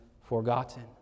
forgotten